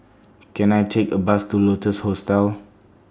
Can I Take A Bus to Lotus Hostel